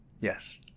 Yes